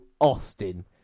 Austin